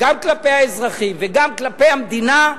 גם כלפי האזרחים וגם כלפי המדינה,